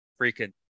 freaking